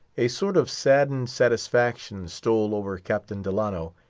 a sort of saddened satisfaction stole over captain delano,